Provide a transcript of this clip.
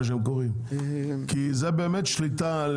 כי זו באמת שליטה על